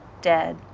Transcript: dead